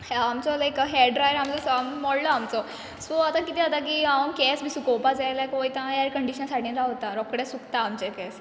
आमचो लायक hair dryer आमचो आसा मोडला आमचो सो आतां कितें जाता की हांव केस बी सुकोवपा जाय आल्याकर वोयता एयर कंडीशन सायडीन रावता रोखडें सुकता आमचें केस